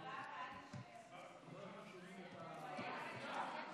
הוראת שעה, נגיף הקורונה החדש), התשפ"א 2021,